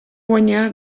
guanyà